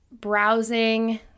browsing